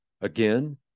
Again